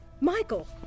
Michael